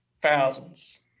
thousands